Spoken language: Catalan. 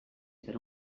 per